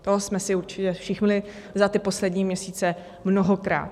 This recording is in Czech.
To jsme si určitě všimli za ty poslední měsíce mnohokrát.